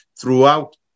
throughout